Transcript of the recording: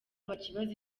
bakibaza